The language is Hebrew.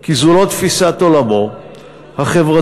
כי זו לא תפיסת עולמו החברתית,